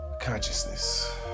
consciousness